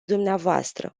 dvs